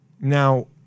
now